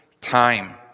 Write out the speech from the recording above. time